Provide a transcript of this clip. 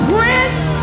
Prince